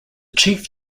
chief